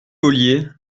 ollier